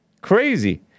Crazy